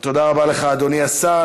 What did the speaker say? רבה לך, אדוני השר.